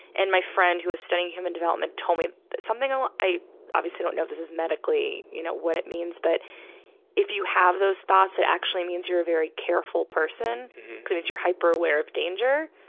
and my friend who was studying human development told me something al, i obviously don't know if this is medically, you know, what it means, but if you have those thoughts, it actually means you're a very careful person, because it means you're hyper-aware of danger,